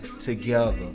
together